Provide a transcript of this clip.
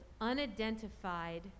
unidentified